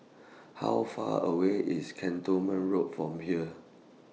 How Far away IS Cantonment Road from here